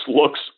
looks